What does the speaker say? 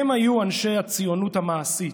הם היו אנשי הציונות המעשית,